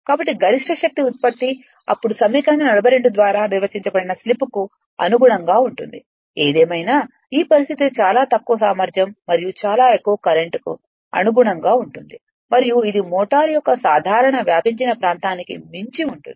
కాబట్టి గరిష్ట శక్తి ఉత్పత్తి అప్పుడు సమీకరణం 42 ద్వారా నిర్వచించబడిన స్లిప్కు అనుగుణంగా ఉంటుంది ఏదేమైనా ఈ పరిస్థితి చాలా తక్కువ సామర్థ్యం మరియు చాలా ఎక్కువ కరెంట్కు అనుగుణంగా ఉంటుంది మరియు ఇది మోటారు యొక్క సాధారణ వ్యాపించిన ప్రాంతానికి మించి ఉంటుంది